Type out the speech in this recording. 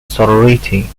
sorority